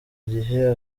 gihe